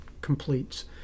completes